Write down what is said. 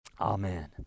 Amen